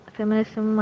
Feminism